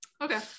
Okay